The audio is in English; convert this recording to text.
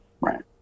Right